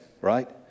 right